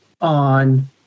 on